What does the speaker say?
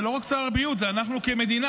זה לא רק שר הבריאות, זה אנחנו כמדינה.